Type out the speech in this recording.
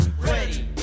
Ready